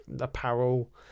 apparel